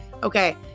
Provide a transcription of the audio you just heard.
Okay